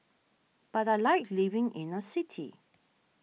but I like living in a city